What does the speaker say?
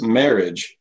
marriage